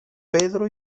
pedro